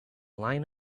line